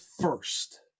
first